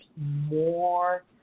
more